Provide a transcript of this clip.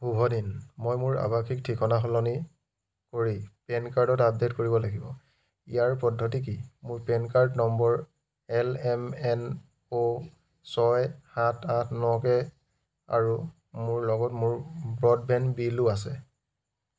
শুভ দিন মই মোৰ আৱাসিক ঠিকনা সলনি কৰি পেন কাৰ্ডত আপডে'ট কৰিব লাগিব ইয়াৰ পদ্ধতি কি মোৰ PAN card number L M N O ছয় সাত আঠ ন কে আৰু মোৰ লগত মোৰ ব্ৰডবেণ্ড বিলো আছে